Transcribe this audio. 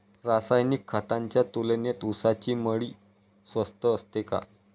रासायनिक खतांच्या तुलनेत ऊसाची मळी स्वस्त असते का?